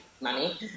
money